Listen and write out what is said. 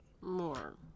more